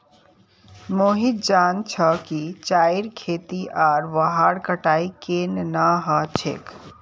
मोहित जान छ कि चाईर खेती आर वहार कटाई केन न ह छेक